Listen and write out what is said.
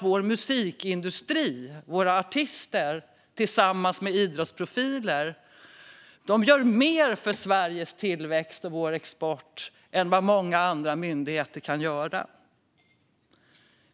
Vår musikindustri, våra artister, tillsammans med idrottsprofiler gör mer för Sveriges tillväxt och vår export än vad många andra myndigheter kan göra.